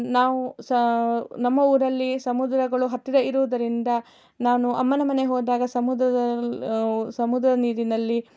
ನಾವು ಸ ನಮ್ಮ ಊರಲ್ಲಿ ಸಮುದ್ರಗಳು ಹತ್ತಿರ ಇರುವುದರಿಂದ ನಾನು ಅಮ್ಮನ ಮನೆಗೆ ಹೋದಾಗ ಸಮುದ್ರದಲ್ಲಿ ಸಮುದ್ರದ ನೀರಿನಲ್ಲಿ